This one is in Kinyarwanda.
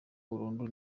burundu